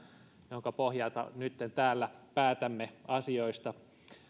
jonka pohjalta nytten täällä päätämme asioista